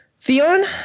Theon